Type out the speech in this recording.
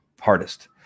hardest